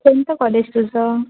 कोणतं कॉलेज तुझं